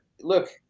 look